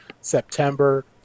September